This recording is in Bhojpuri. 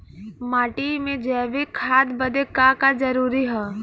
माटी में जैविक खाद बदे का का जरूरी ह?